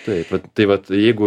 taip vat tai vat jeigu